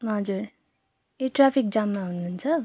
हजुर ए ट्राफिक जाममा हुनु हुन्छ